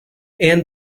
and